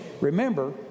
remember